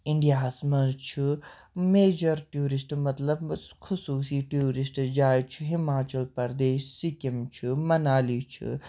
اِنٛڈیاہَس منٛز چھُ میجَر ٹیٛوٗرِسٹہٕ مطلب خصوٗصی ٹیٛوٗرِسٹہٕ جاے چھِ ہِماچَل پَردیش سِکِم چھُ منالی چھُ